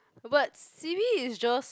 but C_B is just